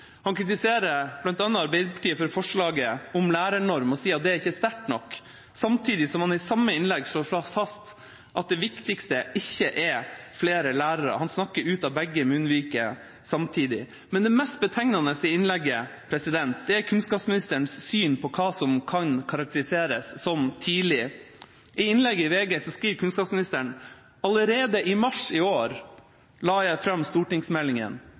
Han kritiserer bl.a. Arbeiderpartiet for forslaget om lærernorm, og sier at det ikke er sterkt nok, samtidig som han i samme innlegg slår fast at det viktigste ikke er flere lærere. Han snakker ut av begge munnviker samtidig. Men det mest betegnende i innlegget er kunnskapsministerens syn på hva som kan karakteriseres som tidlig. I innlegget i VG skriver kunnskapsministeren: «Allerede i mars i år la jeg frem» stortingsmeldingen